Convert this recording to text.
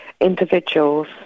individuals